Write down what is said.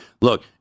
look